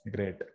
Great